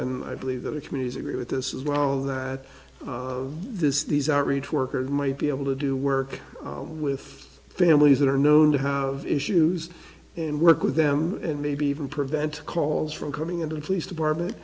and i believe that the communities agree with this as well that this these outreach workers might be able to do work with families that are known to have issues and work with them and maybe even prevent calls from coming in to the police department